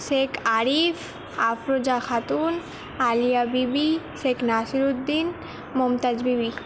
shake Arif Afroza Khatun Aliya Bibi Sheikh Nasiruddin Mumtaz Bibi